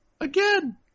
Again